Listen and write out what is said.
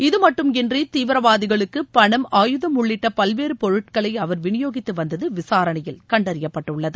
இதமட்டுமன்றி தீவிரவாதிகளுக்கு பணம் ஆயுதம் உள்ளிட்ட பல்வேறு பொருட்களை அவர் விநியோகித்து வந்தது விசாரணையில் கண்டறியப்பட்டுள்ளது